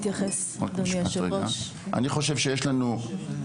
אדוני היושב ראש, אני אשמח גם להתייחס.